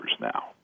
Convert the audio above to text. now